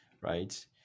right